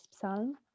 psalm